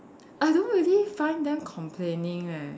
I don't really find them complaining eh